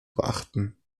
beachten